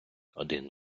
один